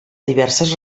diverses